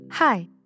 Hi